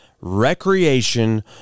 recreation